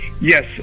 Yes